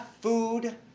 food